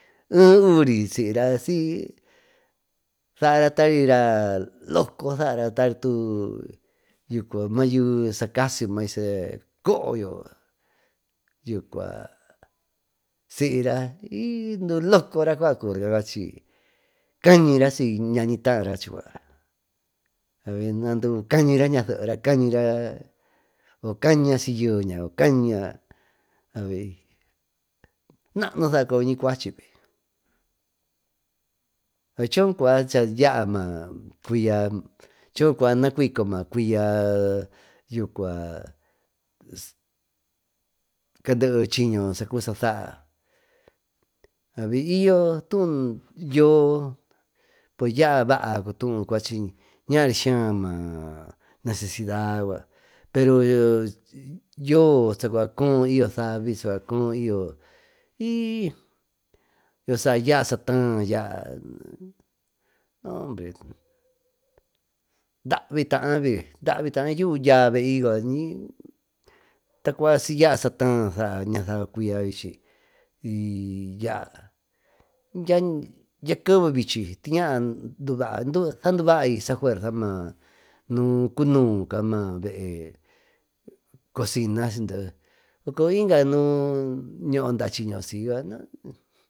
E uviri siyra si saaratari raa loco saara tari tu mayuvi saa casiyo maayuvi saa cooyo yucua siira de locura cañira siy ñañi taara chucua cañiña ñaseera cañiña siy yeeña o cañiña naa nusaa coyoñi cuachi coo cuaa nacuco maa cuiya caanderi chiño saa cubi sa saa y yo tuú yoó yaauba cutuú ñaari sya necesida yucua pero yoo saacua coón i yo savi y yo saa taá ya nombre yuú dya vey tacua siyaa sa taá ñasaba cuya vichi tyña duvaa saanduvai saa fuerza saaduva cocina nu candú soco inga nuñoo daa chiño si.